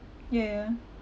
ya ya